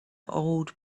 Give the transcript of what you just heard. old